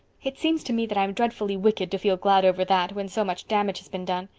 it seems to me that i'm dreadfully wicked to feel glad over that, when so much damage has been done.